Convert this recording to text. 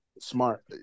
Smart